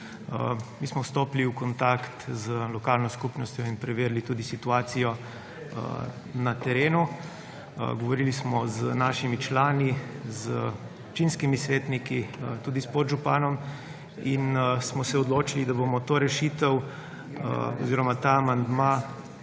Mi smo stopili v kontakt z lokalno skupnostjo in preverili tudi situacijo na terenu. Govorili smo z našimi člani, z občinskimi svetniki, tudi s podžupanom in smo se odločili, da bomo to rešitev oziroma ta amandma